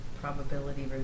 probability